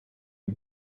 est